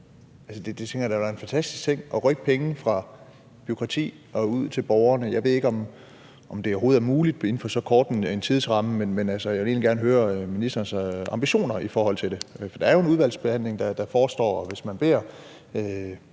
være en fantastisk ting at rykke penge fra bureaukrati og ud til borgerne. Jeg ved ikke, om det overhovedet er muligt inden for så kort en tidsramme, men jeg vil egentlig gerne høre ministerens ambitioner i forhold til det. For der forestår jo en